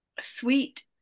sweet